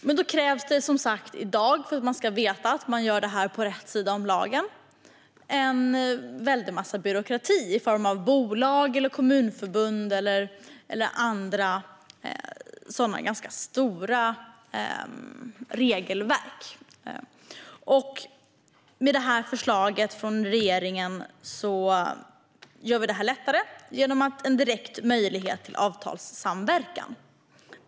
Men då krävs det i dag en väldig massa byråkrati i form av bolag, kommunförbund och stora regelverk för att man ska veta att man gör detta på rätt sida om lagen. I och med detta förslag från regeringen görs detta lättare genom en direkt möjlighet till avtalssamverkan.